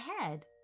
ahead